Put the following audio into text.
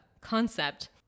concept